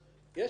יש חוק,